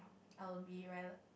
I will be riled up